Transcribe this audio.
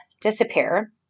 disappear